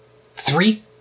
Three